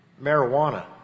Marijuana